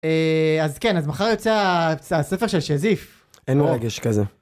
אז כן אז מחר יוצא הספר של שזיף אין רגש כזה.